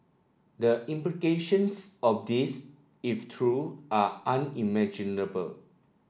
the implications of this if true are unimaginable